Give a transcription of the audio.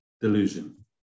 Delusion